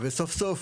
וסוף סוף,